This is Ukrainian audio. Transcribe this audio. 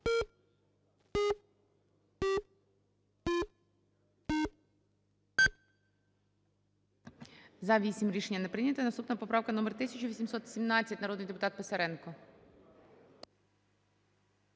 За-8 Рішення не прийнято. Наступна поправка номер 1817. Народний депутат Писаренко.